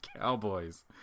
cowboys